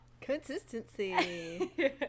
Consistency